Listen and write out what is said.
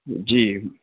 جی